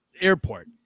airport